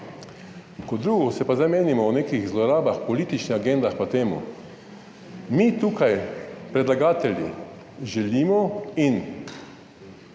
Kot drugo, se pa zdaj menimo o nekih zlorabah političnih agendah, pa temu. Mi tukaj predlagatelji želimo in